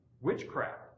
witchcraft